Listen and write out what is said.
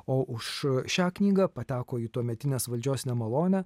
o už šią knygą pateko į tuometinės valdžios nemalonę